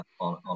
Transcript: on